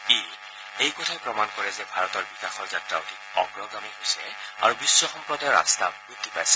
ই এই কথাই প্ৰমাণ কৰে যে ভাৰতৰ বিকাশৰ যাত্ৰা অধিক অগ্ৰগামী হৈছে আৰু বিশ্ব সম্প্ৰদায়ৰ আস্থা বুদ্ধি পাইছে